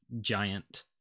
giant